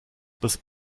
bis